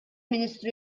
ministru